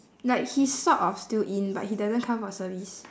like he's sort of still in but he doesn't come for service